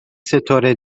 ستاره